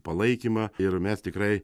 palaikymą ir mes tikrai